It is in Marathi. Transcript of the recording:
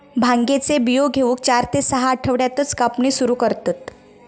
भांगेचे बियो घेऊक चार ते सहा आठवड्यातच कापणी सुरू करतत